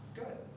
good